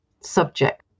subject